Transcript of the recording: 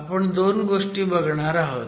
आपण दोन गोष्टी बघणार आहोत